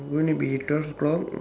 won't it be in